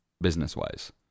business-wise